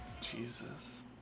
Jesus